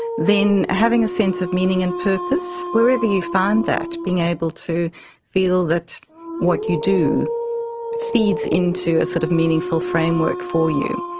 then having a sense of meaning and purpose, wherever you find that, being able to feel that what you do feeds into a sort of meaningful framework for you.